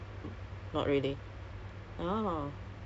you can say that uh I do